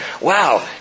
wow